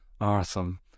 awesome